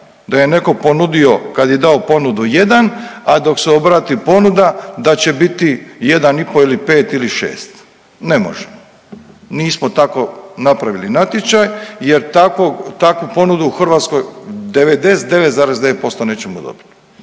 Da je netko ponudio kad je dao ponudu jedan, a dok se obrati ponuda da će biti jedan i pol ili pet ili šest. Ne može, nismo tako napravili natječaj, jer takvu ponudu u Hrvatskoj 99,9% nećemo dobiti.